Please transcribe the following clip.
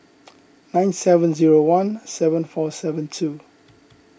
nine seven zero one seven four seven two